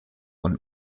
und